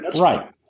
Right